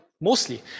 mostly